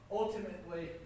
ultimately